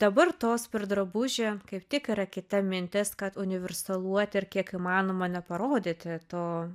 dabar tos per drabužį kaip tik yra kita mintis kad universaluoti ir kiek įmanoma neparodyti to